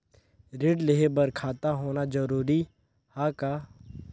ऋण लेहे बर खाता होना जरूरी ह का?